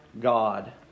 God